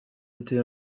été